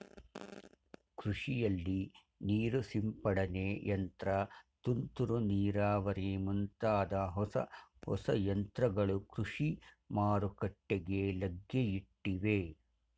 ಕೃಷಿಯಲ್ಲಿ ನೀರು ಸಿಂಪಡನೆ ಯಂತ್ರ, ತುಂತುರು ನೀರಾವರಿ ಮುಂತಾದ ಹೊಸ ಹೊಸ ಯಂತ್ರಗಳು ಕೃಷಿ ಮಾರುಕಟ್ಟೆಗೆ ಲಗ್ಗೆಯಿಟ್ಟಿವೆ